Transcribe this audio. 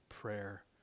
prayer